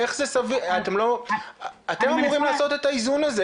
אתם אמורים לעשות את האיזון הזה,